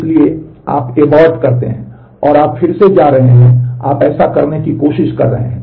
इसलिए आप एबोर्ट करते हैं और आप फिर से जा रहे हैं और आप ऐसा करने की कोशिश कर रहे हैं